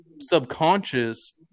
subconscious